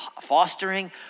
fostering